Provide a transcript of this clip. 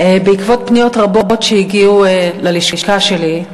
בעקבות פניות רבות שהגיעו ללשכה שלי,